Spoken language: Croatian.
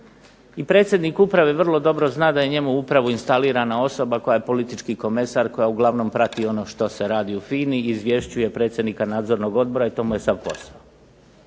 I predsjednik uprave vrlo dobro zna da je njemu upravo instalirana osoba koja je politički komesar, koja uglavnom prati ono što se radi u FINA-i i izvješćuje predsjednika Nadzornog odbora i to mu je sav posao.